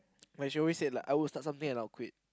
when she always say like I will start something and I'll quit